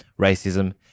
racism